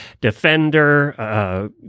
Defender